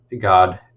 God